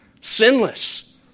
sinless